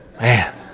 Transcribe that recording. Man